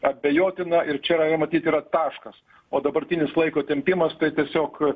abejotiną ir čia yra jau matyt yra taškas o dabartinis laiko tempimas tai tiesiog